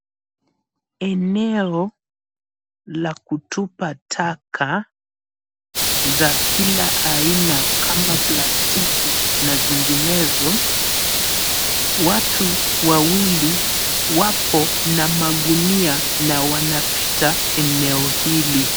Eneo la kutupa taka za kila aina kama plastiki na zinginezo. Watu wawili wapo na magunia na wanapita eneo hili.